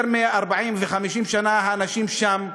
יותר מ-40 ו-50 שנה האנשים שם,